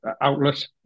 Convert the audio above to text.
outlet